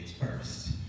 first